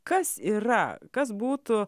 kas yra kas būtų